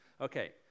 Okay